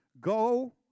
go